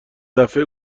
دفعه